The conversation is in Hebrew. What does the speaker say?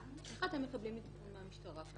--- איך אתם מקבלים עדכון מהמשטרה?